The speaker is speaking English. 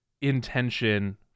intention